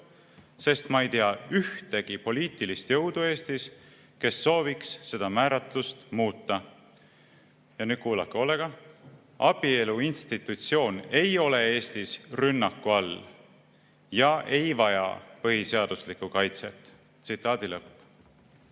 sest ma ei tea ühtegi poliitilist jõudu Eestis, kes sooviks seda määratlust muuta." Ja nüüd kuulake hoolega: "Abielu institutsioon ei ole Eestis rünnaku all ja ei vaja põhiseaduslikku kaitset." Tsitaadi lõpp.